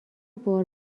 بار